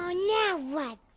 oh, now what?